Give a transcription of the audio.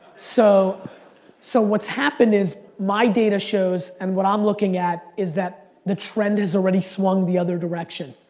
so so what's happened is, my data shows, and what i'm looking at is that the trend is already swung the other direction.